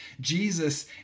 Jesus